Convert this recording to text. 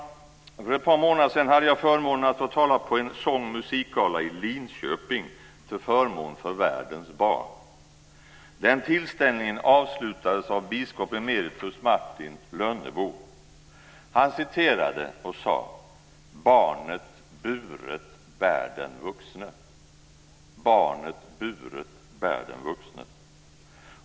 För ett par månader sedan hade jag förmånen att få tala på en sång och musikgala i Linköping till förmån för världens barn. Den tillställningen avslutades av biskop emeritus Martin Lönnebo. Han citerade och sade: Barnet buret bär den vuxne.